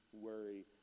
worry